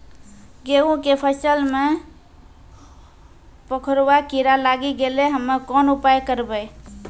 गेहूँ के फसल मे पंखोरवा कीड़ा लागी गैलै हम्मे कोन उपाय करबै?